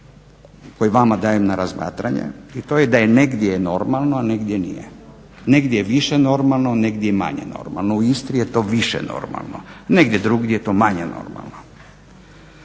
koji vama dajem na razmatranje i to je da je negdje normalno a negdje nije, negdje je više normalno, negdje manje normalno. U Istri je to više normalno. Negdje drugdje je to manje normalno.